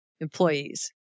Employees